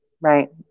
right